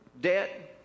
debt